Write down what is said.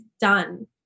done